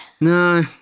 No